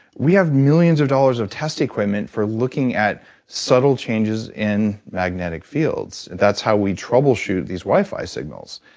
we have millions of dollars of test equipment for looking at subtle changes in magnetic fields that's how we troubleshoot these wi-fi signals.